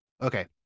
Okay